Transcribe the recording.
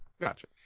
Gotcha